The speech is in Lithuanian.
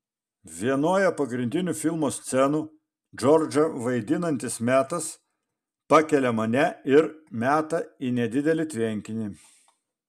vienoje pagrindinių filmo scenų džordžą vaidinantis metas pakelia mane ir meta į nedidelį tvenkinį